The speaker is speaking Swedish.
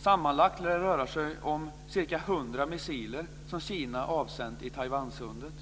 Sammanlagt lär det röra sig om 100 missiler som Kina har avsänt i Taiwansundet.